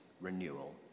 renewal